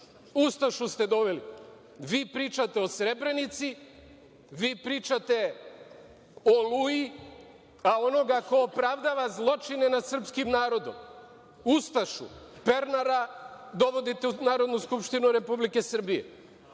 Ustašu ste doveli. Vi pričate o Srebrenici, vi pričate o „Oluji“, a onoga ko opravdava zločine nad srpskim narodom, ustašu, Pernara dovodite u Narodnu skupštinu RS.